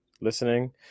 listening